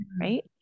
Right